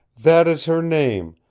that is her name,